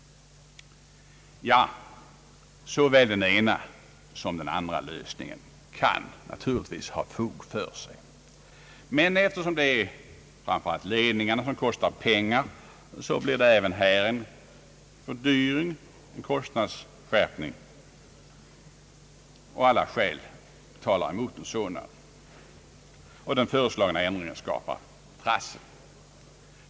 Ja, såväl den ena som den andra lösningen kan naturligtvis ha fog för sig, men eftersom det framför allt är ledningarna som kostar pengar blir det även här en kostnadsskärpning. Alla skäl talar mot en sådan, och den föreslagna ändringen skapar trassel.